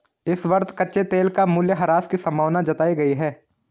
इस वर्ष कच्चे तेल का मूल्यह्रास की संभावना जताई गयी है